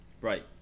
Right